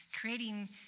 creating